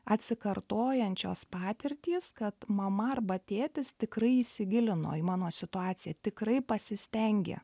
atsikartojančios patirtys kad mama arba tėtis tikrai įsigilino į mano situaciją tikrai pasistengė